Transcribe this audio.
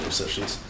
sessions